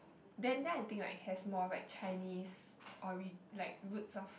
then then I think like has more like Chinese or re~ like roots of